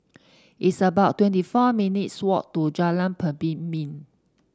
it's about twenty four minutes walk to Jalan Pemimpin